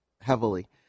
heavily